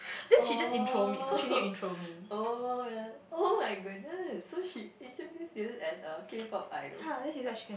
oh oh ya oh my goodness so she introduced you as a K pop idol